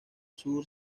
sur